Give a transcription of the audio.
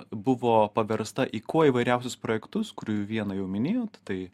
buvo paversta į kuo įvairiausius projektus kurių vieną jau minėjau tai